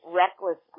reckless